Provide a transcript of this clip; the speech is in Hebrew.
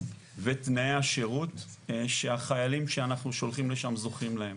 ותנאי שירות שהחיילים שאנחנו שולחים לשם זוכים להם.